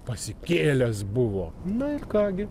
pasikėlęs buvo na ir ką gi